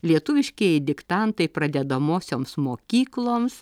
lietuviškieji diktantai pradedamosioms mokykloms